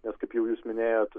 nes kaip jau jūs minėjot